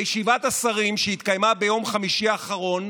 בישיבת השרים שהתקיימה ביום חמישי האחרון,